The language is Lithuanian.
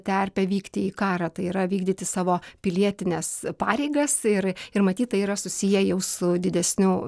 terpę vykti į karą tai yra vykdyti savo pilietines pareigas ir ir matyt tai yra susiję jau su didesnių